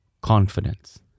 confidence